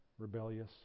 rebellious